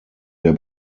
der